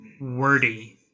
wordy